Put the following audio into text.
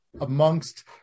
amongst